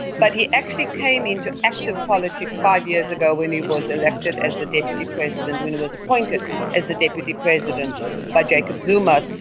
but he actually came into active politics five years ago when he was elected as the deputy president, when he was appointed as the deputy president by a jacob zuma.